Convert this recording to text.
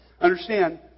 Understand